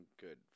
good